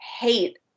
hate